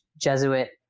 Jesuit